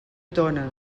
tona